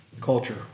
culture